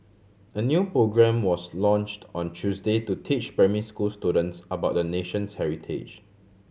a new programme was launched on Tuesday to teach primary school students about the nation's heritage